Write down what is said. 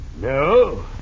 No